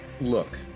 Look